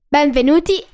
Benvenuti